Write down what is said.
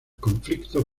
conflicto